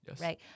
right